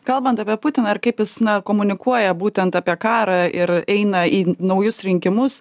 kalbant apie putiną ar kaip jis na komunikuoja būtent apie karą ir eina į naujus rinkimus